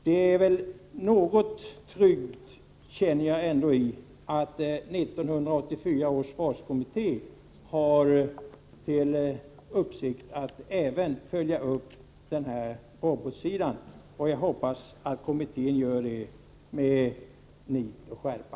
Det är ändå litet tryggt att veta att 1984 års försvarskommitté har till uppgift att följa upp även robotsidan. Jag hoppas att kommittén gör det med nit och skärpa.